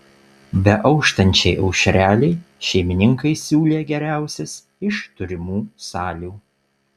beauštančiai aušrelei šeimininkai siūlė geriausias iš turimų salių